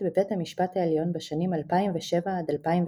בבית המשפט העליון בשנים 2007 - 2018,